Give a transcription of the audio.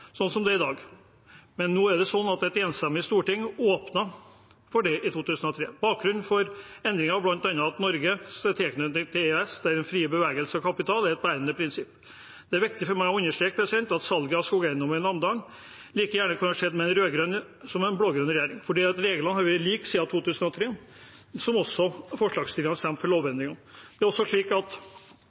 sånn som det er i dag, men et enstemmig storting åpnet for det i 2003. Bakgrunnen for endringen var bl.a. Norges tilknytning til EØS, der den frie bevegelse av kapital er et bærende prinsipp. Det er viktig for meg å understreke at salget av skogeiendommen i Namdalen like gjerne kunne skjedd med en rød-grønn som en blå-grønn regjering, for reglene har vært like siden 2003, og også forslagsstillerne stemte for lovendringene. Det er også slik at